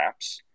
apps